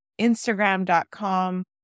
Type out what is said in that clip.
Instagram.com